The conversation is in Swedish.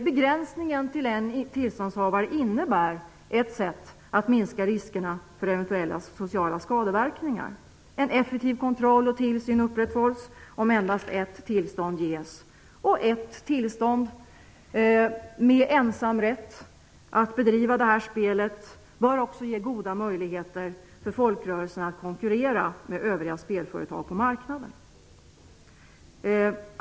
Begränsningen till en tillståndsinnehavare innebär ett sätt att minska riskerna för eventuella sociala skadeverkningar. En effektiv kontroll och tillsyn upprätthålls om endast ett tillstånd ges. Ett tillstånd med ensamrätt att bedriva det här spelet bör också ge goda möjligheter för folkrörelserna att konkurrera med övriga spelföretag på marknaden.